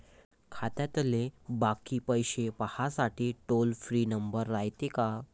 खात्यातले बाकी पैसे पाहासाठी टोल फ्री नंबर रायते का?